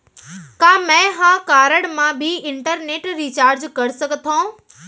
का मैं ह कारड मा भी इंटरनेट रिचार्ज कर सकथो